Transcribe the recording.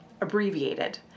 abbreviated